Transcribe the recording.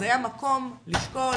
אז היה מקום לשקול